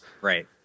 Right